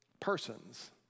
Persons